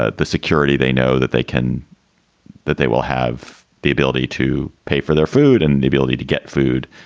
ah the security they know that they can that they will have the ability to pay for their food and the ability to get food.